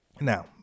Now